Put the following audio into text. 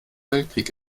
weltkrieg